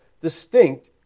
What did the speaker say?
distinct